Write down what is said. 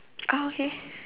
ah okay